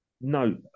No